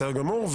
בסדר גמור.